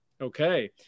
Okay